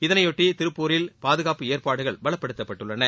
இதனையொட்டிதிருப்பூரில் பாதுகாப்பு ஏற்பாடுகள் பலப்படுத்தப்பட்டுள்ளன